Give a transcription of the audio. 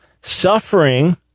suffering